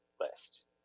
list